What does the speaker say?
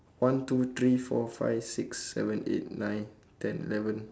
one two three four five six seven eight nine ten eleven